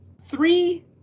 three